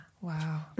Wow